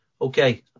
Okay